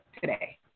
today